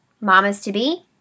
mamas-to-be